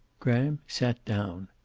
graham sat down.